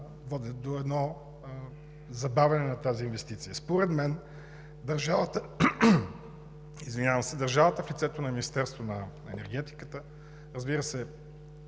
водят до забавяне на тази инвестиция. Според мен държавата в лицето на Министерството на енергетиката, разбира се,